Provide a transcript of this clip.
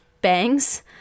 bangs